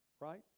right